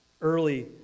Early